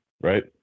right